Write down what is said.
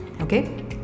okay